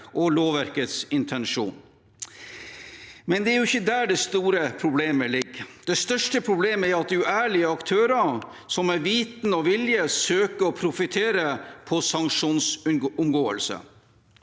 og lovverkets intensjon. Men det er jo ikke der det store problemet ligger. Det største problemet er at uærlige aktører med vitende og vilje søker å profittere på sanksjonsomgåelse.